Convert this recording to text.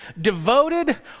devoted